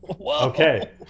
Okay